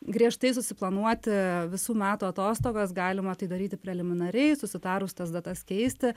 griežtai susiplanuoti visų metų atostogas galima tai daryti preliminariai susitarus tas datas keisti